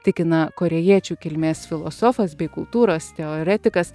tikina korėjiečių kilmės filosofas bei kultūros teoretikas